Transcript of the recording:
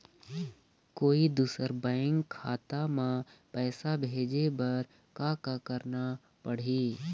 कोई दूसर बैंक खाता म पैसा भेजे बर का का करना पड़ही?